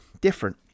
different